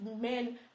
men